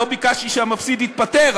לא ביקשתי שהמפסיד יתפטר,